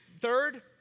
Third